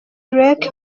drake